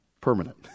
permanent